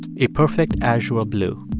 a perfect azure blue.